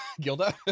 gilda